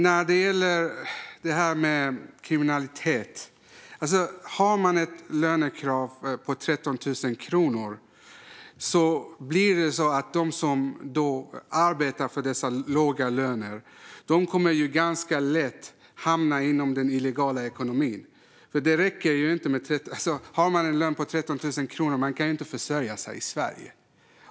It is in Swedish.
När det gäller kriminalitet: Om man har ett lönekrav på 13 000 kronor kommer de som arbetar för dessa låga löner ganska lätt att hamna inom den illegala ekonomin. Har man en lön på 13 000 kronor kan man inte försörja sig i Sverige.